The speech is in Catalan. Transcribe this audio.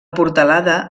portalada